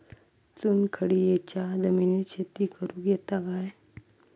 चुनखडीयेच्या जमिनीत शेती करुक येता काय?